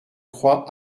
croix